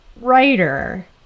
writer